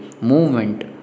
movement